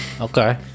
Okay